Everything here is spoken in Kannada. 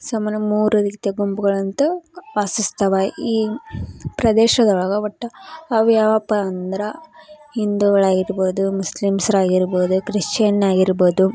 ಸಾಮಾನ್ಯ ಮೂರು ರೀತಿಯ ಗುಂಪುಗಳಂತೂ ವಾಸಿಸ್ತವೆ ಈ ಪ್ರದೇಶದೊಳಗೆ ಒಟ್ಟು ಅವು ಯಾವಪ್ಪ ಅಂದ್ರೆ ಹಿಂದುಗಳು ಆಗಿರ್ಬೋದು ಮುಸ್ಲಿಮ್ಸ್ರು ಆಗಿರ್ಬೋದು ಕ್ರಿಶ್ಚಿಯನ್ ಆಗಿರ್ಬೋದು